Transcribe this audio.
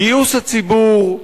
גיוס הציבור,